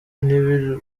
ntibongere